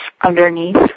underneath